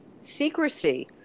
secrecy